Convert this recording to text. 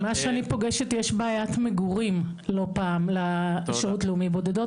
ממה שאני פוגשת יש בעיית מגורים לא פעם לשירות לאומי בודדות.